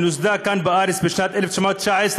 שנוסדה כאן בארץ בשנת 1919,